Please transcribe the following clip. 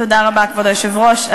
תודה רבה, כבוד היושב-ראש.